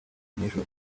nijoro